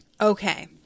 Okay